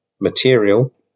material